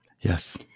Yes